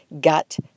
gut